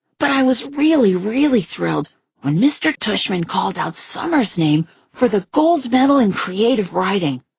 but i was really, really thrilled when mr. tushman called out summer's name for the gold medal in creative writing.